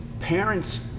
parents